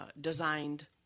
Designed